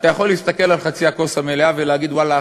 אתה יכול להסתכל על מחצית הכוס המלאה ולהגיד: ואללה,